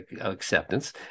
acceptance